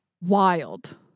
Wild